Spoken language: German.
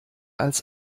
als